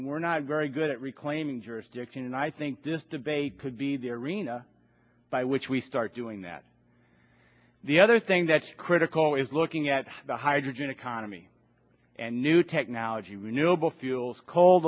jurisdiction we're not very good at reclaiming jurisdiction and i think this debate could be the arena by which we start doing that the other thing that's critical is looking at the hydrogen economy and new technology renewable fuels coal